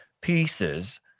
pieces